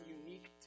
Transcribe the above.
unique